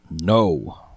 No